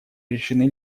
решены